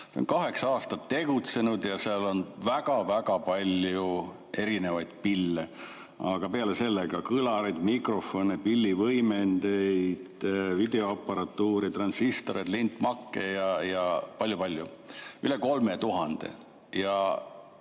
See on kaheksa aastat tegutsenud ja seal on väga palju erinevaid pille, aga peale selle ka kõlareid, mikrofone, pillivõimendeid, videoaparatuuri, transistoreid, lintmakke ja palju-palju muud,